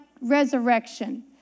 resurrection